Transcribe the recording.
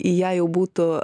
į ją jau būtų